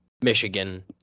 Michigan